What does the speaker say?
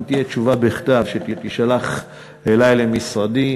אם תהיה תשובה בכתב שתישלח אלי למשרדי,